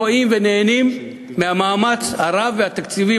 רואים ונהנים מהמאמץ הרב והתקציבים